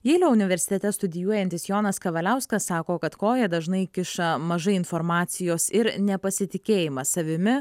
jeilio universitete studijuojantis jonas kavaliauskas sako kad koją dažnai kiša mažai informacijos ir nepasitikėjimas savimi